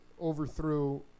overthrew